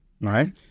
right